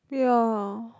ya